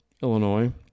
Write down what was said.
Illinois